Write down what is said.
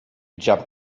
jump